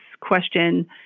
question